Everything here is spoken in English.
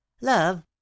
Love